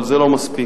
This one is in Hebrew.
אבל זה לא מספיק.